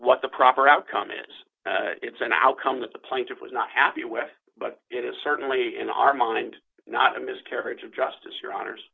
what the proper outcome is it's an outcome that the plaintiff was not happy with but it is certainly in our mind not a miscarriage of justice your honors